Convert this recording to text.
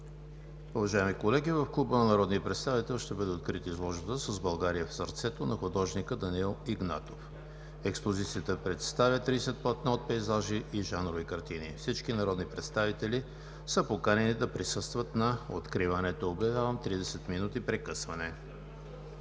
Уважаеми колеги, в Клуба на народния представител ще бъде открита изложбата „С България в сърцето“ на художника Данаил Игнатов. Експозицията представя 30 платна от пейзажи и жанрови картини. Всички народни представители са поканени да присъстват на откриването. Обявявам 30 минути почивка.